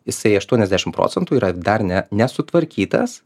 jisai aštuoniasdešimt procentų yra dar ne nesutvarkytas